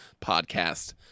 podcast